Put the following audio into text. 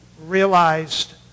realized